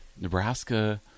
Nebraska –